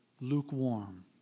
lukewarm